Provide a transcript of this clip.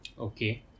Okay